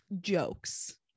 jokes